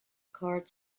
court